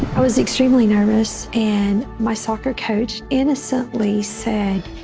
i was extremely nervous, and my soccer coach innocently said,